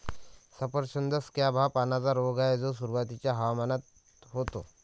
सफरचंद स्कॅब हा पानांचा रोग आहे जो सुरुवातीच्या हवामानात होतो